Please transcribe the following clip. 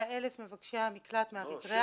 35,000 מבקשי המקלט מאריתריאה --- לא,